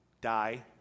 die